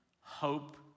hope